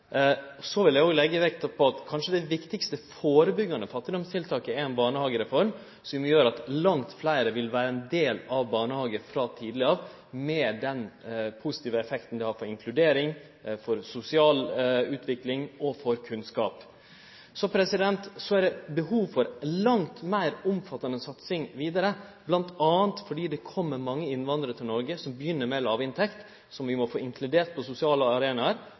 Så vil eg òg leggje vekt på at det kanskje viktigaste førebyggjande fattigdomstiltaket er ei barnehagereform som gjer at langt fleire vil vere ein del av barnehagen frå tidleg av, med den positive effekten det har på inkludering, sosial utvikling og kunnskap. Så er det behov for langt meir omfattande satsing vidare, bl.a. fordi det kjem mange innvandrarar til Noreg som begynner med låg inntekt, som vi må få inkludert på sosiale